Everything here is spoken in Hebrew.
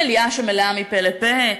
מליאה שמלאה מפה לפה,